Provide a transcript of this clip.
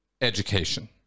education